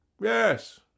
Yes